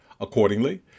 Accordingly